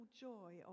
joy